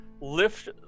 lift